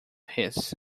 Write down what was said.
his